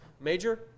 major –